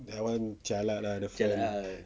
that one jialat lah that one